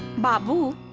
babu